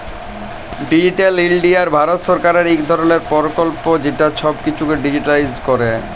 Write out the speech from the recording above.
digital India Bharat সরকারেরলে ইক ধরলের পরকল্প যেট ছব কিছুকে ডিজিটালাইস্ড ক্যরে